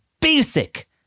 basic